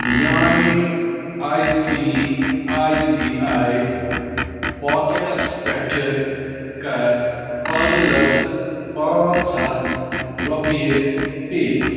میانہِ I C I C I packets پٮ۪ٹھٕ کَرعادِلس پانٛژھ ہَتھ رۄپیہِ پے